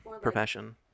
profession